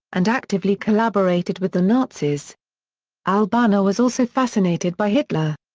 and actively collaborated with the nazis al-banna was also fascinated by hitler.